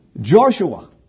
Joshua